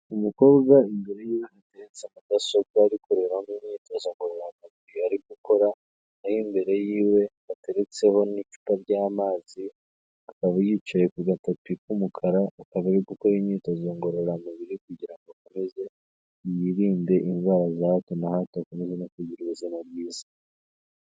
Umukobwa imbere ye hateretse mudasobwa ari kurebamo imyitozo ngororamubiri ari gukora, ah'imbere yiwe hateretseho n'icupa ry'amazi, akaba yicaye ku gatapi k'umukara, akaba ari gukora imyitozo ngororamubiri, kugira ngo akomeze yirinde indwara za hato na hato akomeze kugira ubuzima bwiza.